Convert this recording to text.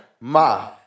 Ma